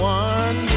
one